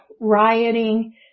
rioting